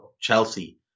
Chelsea